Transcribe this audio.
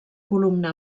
columna